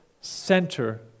center